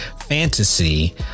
fantasy